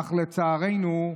אך לצערנו,